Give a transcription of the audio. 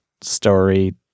Story